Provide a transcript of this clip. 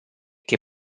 che